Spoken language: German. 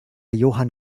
johann